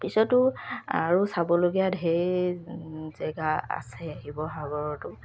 পিছতো আৰু চাবলগীয়া ধেৰ জেগা আছে শিৱসাগৰতো